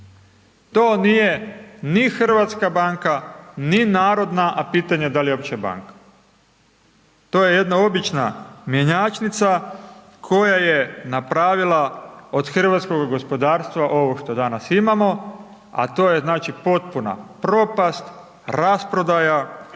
To nije ni Hrvatska banka, ni narodna, a pitanje da li je uopće banka. To je jedna obična mjenjačnica, koje je napravila od hrvatskoga gospodarstva ovo što danas imamo, a to je znači potpuna propast, rasprodaja,